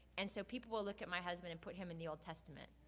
and so, people will look at my husband and put him in the old testament,